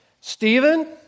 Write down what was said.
Stephen